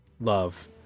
love